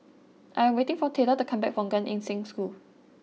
I am waiting for Theda to come back from Gan Eng Seng School